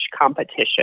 competition